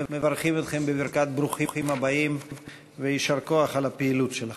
מברכים אתכם בברכת ברוכים הבאים ויישר כוח על הפעילות שלכם.